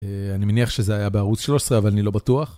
אני מניח שזה היה בערוץ 13, אבל אני לא בטוח.